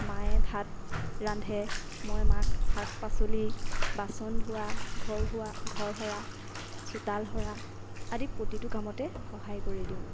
মায়ে ভাত ৰান্ধে মই মাক শাক পাচলী বাচন ধোৱা ঘৰ সোৱা ঘৰ সৰা চোতাল সৰা আদি প্ৰতিটো কামতে সহায় কৰি দিওঁ